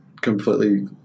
completely